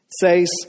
says